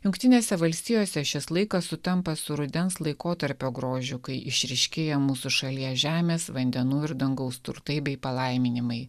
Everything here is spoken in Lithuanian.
jungtinėse valstijose šis laikas sutampa su rudens laikotarpio grožiu kai išryškėja mūsų šalies žemės vandenų ir dangaus turtai bei palaiminimai